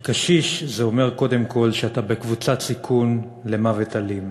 כי קשיש זה אומר קודם כול שאתה בקבוצת סיכון למוות אלים.